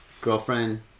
Girlfriend